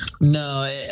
No